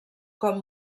com